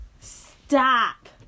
Stop